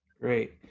Great